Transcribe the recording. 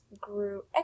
grew